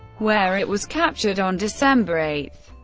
where it was captured on december eight.